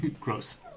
Gross